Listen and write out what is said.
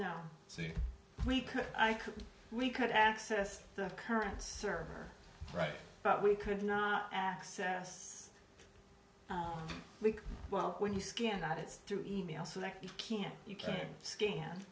could we could access the current server right but we could not access well when you scan that it's through e mail so that you can you can scan